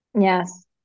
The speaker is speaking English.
Yes